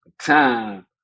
time